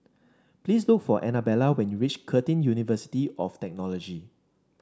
please look for Anabella when you reach Curtin University of Technology